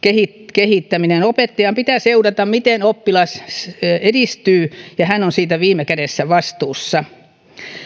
kehittäminen opettajan pitää seurata miten oppilas edistyy ja hän on siitä viime kädessä vastuussa